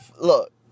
look